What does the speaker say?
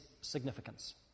significance